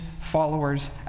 followers